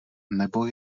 nebo